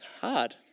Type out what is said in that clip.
hard